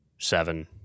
Seven